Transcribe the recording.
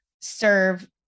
serve